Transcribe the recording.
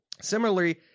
Similarly